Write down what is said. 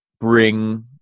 bring